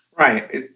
Right